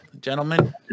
gentlemen